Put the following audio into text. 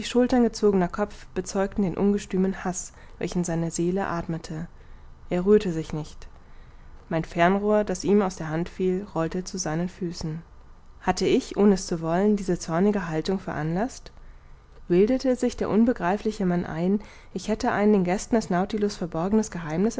schultern gezogener kopf bezeugten den ungestümen haß welchen seine seele athmete er rührte sich nicht mein fernrohr das ihm aus der hand fiel rollte zu seinen füßen hatte ich ohne es zu wollen diese zornige haltung veranlaßt bildete sich der unbegreifliche mann ein ich hätte ein den gästen des nautilus verborgenes